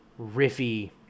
riffy